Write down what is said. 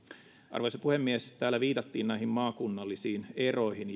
arvoisa puhemies täällä viitattiin näihin maakunnallisiin eroihin